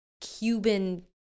Cuban